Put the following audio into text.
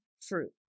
fruit